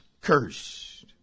cursed